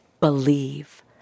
believe